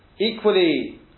equally